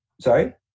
sorry